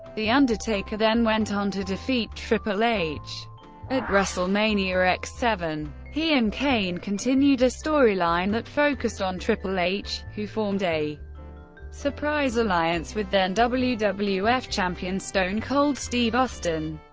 the undertaker then went on to defeat triple h at wrestlemania x-seven. he and kane continued a storyline that focused on triple h, who formed a surprise alliance with then wwf wwf champion stone cold steve austin.